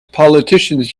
politicians